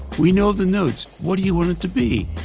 we know the notes. what do you want it to be?